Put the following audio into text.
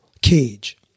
cage